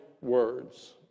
words